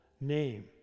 name